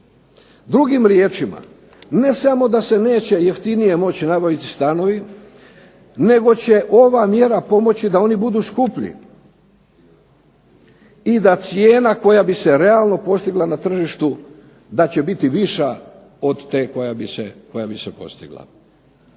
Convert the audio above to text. Drugim riječima, ne samo da se neće jeftinije nabaviti stanovi nego će ova mjera pomoći da oni budu skuplji. I da cijena koja bi se realno postigla na tržištu da će biti viša od te koja bi se postigla.